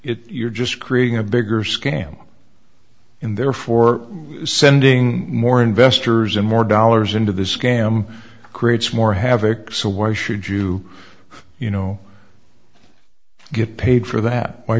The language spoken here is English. it you're just creating a bigger scam in therefore sending more investors and more dollars into the scam creates more havard so why should you who you know get paid for that why